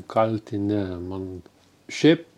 kalti ne man šiaip